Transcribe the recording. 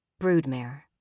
Broodmare